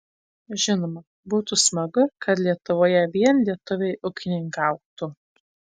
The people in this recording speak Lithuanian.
žinoma būtų smagu kad lietuvoje vien lietuviai ūkininkautų